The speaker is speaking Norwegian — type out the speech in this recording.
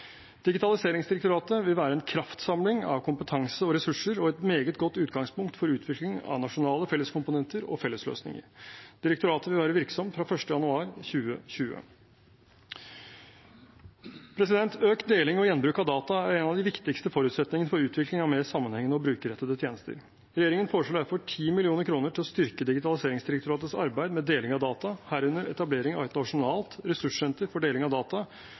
Digitaliseringsdirektoratet vil være en kraftsamling av kompetanse og ressurser og et meget godt utgangspunkt for utvikling av nasjonale felleskomponenter og fellesløsninger. Direktoratet vil være virksomt fra 1. januar 2020. Økt deling og gjenbruk av data er en av de viktigste forutsetningene for utviklingen av mer sammenhengende og brukerrettede tjenester. Regjeringen foreslår derfor 10 mill. kr til å styrke Digitaliseringsdirektoratets arbeid med deling av data, herunder etablering av et nasjonalt ressurssenter for deling av data